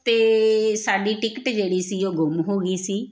ਅਤੇ ਸਾਡੀ ਟਿਕਟ ਜਿਹੜੀ ਸੀ ਉਹ ਗੁੰਮ ਹੋ ਗਈ ਸੀ